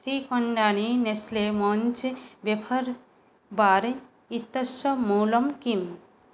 तीकोण्डानि Nestle Munch wafer bar इत्यस्य मूल्यं किम्